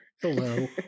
hello